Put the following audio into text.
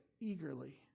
eagerly